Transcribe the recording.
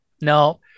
no